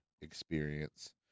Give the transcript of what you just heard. experience